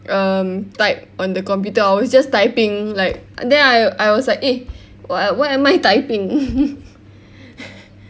um type on the computer I was just typing like then I I was like eh wha~ what am I typing